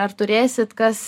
ar turėsit kas